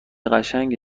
قشنگی